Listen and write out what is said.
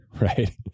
right